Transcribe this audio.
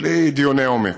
בלי דיוני עומק,